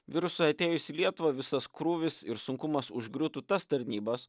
virusui atėjus į lietuvą visas krūvis ir sunkumas užgriūtų tas tarnybas